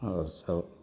आओर सब